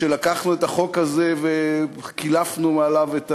כשלקחנו את החוק הזה וקילפנו מעליו את